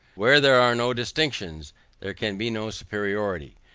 where there are no distinctions there can be no superiority,